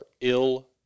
ill